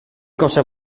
cosa